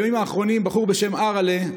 בחור בשם ארהל'ה,